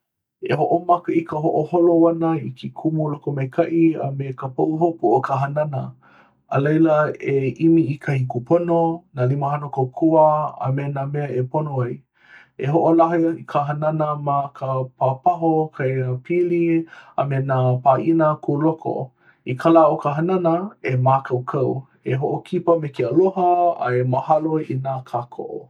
E hoʻomaka i ka hoʻoholo ʻana i ke kumu lokomaikaʻi a me ka pahuhopu o ka hanana. A laila, e ʻimi i kahi kūpono, nā limahana kōkua, a me nā mea e pono ai. E hoʻolaha i ka hanana ma ka pāpaho kaiapili a me nā pāʻina kūloko. I ka lā o ka hanana, e mākaukau, e hoʻokipa me ke aloha, a e mahalo i nā kākoʻo.